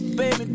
baby